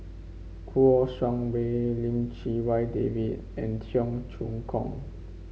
Kouo Shang Wei Lim Chee Wai David and Cheong Choong Kong